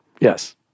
yes